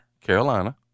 Carolina